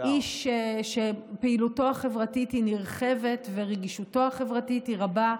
איש שפעילותו החברתית היא נרחבת ורגישותו החברתית היא רבה,